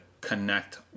connect